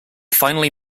finally